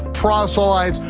proselytes,